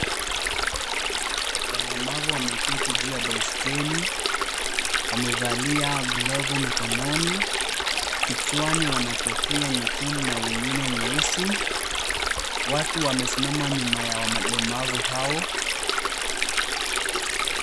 Walemavu wameketi juu ya baiskeli. Wamevalia glovu mikononi. Kichwani wana kofia nyekundu na wengine nyeusi. Watu wamesimama nyuma ya walemavu hao.